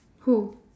who